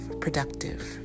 productive